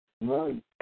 Right